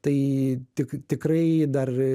tai tik tikrai dar